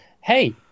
hey